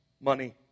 money